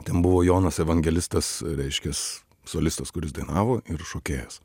ten buvo jonas evangelistas reiškias solistas kuris dainavo ir šokėjas